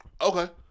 Okay